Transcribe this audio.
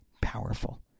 powerful